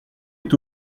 est